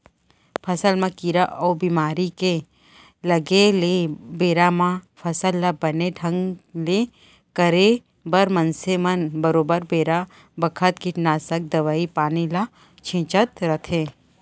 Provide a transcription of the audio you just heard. फसल म कीरा अउ बेमारी के लगे ले बेरा म फसल ल बने ढंग ले करे बर मनसे मन बरोबर बेरा बखत कीटनासक दवई पानी ल छींचत रथें